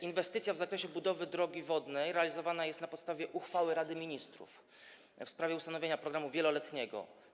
Inwestycja w zakresie budowy drogi wodnej realizowana jest na podstawie uchwały Rady Ministrów w sprawie ustanowienia programu wieloletniego.